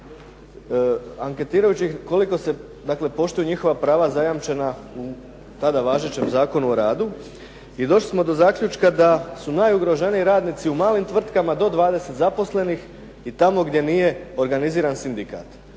anketirajući ih koliko se dakle poštuju njihova prava zajamčena u tada važećem Zakonu o radu, i došli smo do zaključka da su najugroženiji radnici u malim tvrtkama do 20 zaposlenih i tamo gdje nije organiziran sindikat.